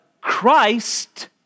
Christ